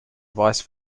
vice